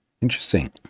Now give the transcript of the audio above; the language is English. Interesting